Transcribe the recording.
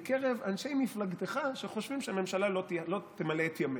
בקרב אנשי מפלגתך שחושבים שהממשלה לא תמלא את ימיה,